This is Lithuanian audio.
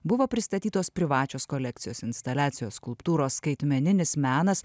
buvo pristatytos privačios kolekcijos instaliacijos skulptūros skaitmeninis menas